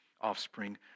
offspring